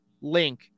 link